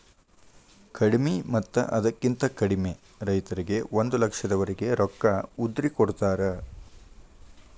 ಕಡಿಮಿ ಮತ್ತ ಅದಕ್ಕಿಂತ ಕಡಿಮೆ ರೈತರಿಗೆ ಒಂದ ಲಕ್ಷದವರೆಗೆ ರೊಕ್ಕ ಉದ್ರಿ ಕೊಡತಾರ